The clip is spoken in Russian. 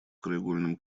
краеугольным